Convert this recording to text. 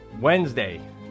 Wednesday